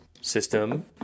system